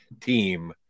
team